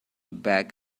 back